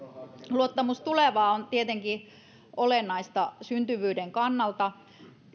luottamus tulevaan on tietenkin olennaista syntyvyyden kannalta